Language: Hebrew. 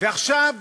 ועכשיו